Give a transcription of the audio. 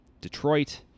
Detroit